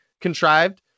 contrived